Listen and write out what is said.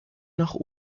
nach